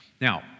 Now